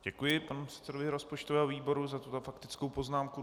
Děkuji panu předsedovi rozpočtového výboru za tuto faktickou poznámku.